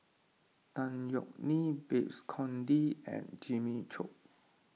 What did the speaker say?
Tan Yeok Nee Babes Conde and Jimmy Chok